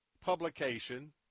publication